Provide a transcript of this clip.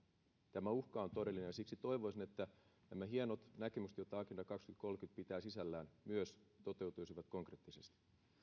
tämä uhka on todellinen ja siksi toivoisin että nämä hienot näkemykset joita agenda kaksituhattakolmekymmentä pitää sisällään myös toteutuisivat konkreettisesti